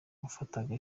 wafataga